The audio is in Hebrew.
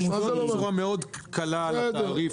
ההשקעות משפיעות בצורה מאוד קלה על התעריף,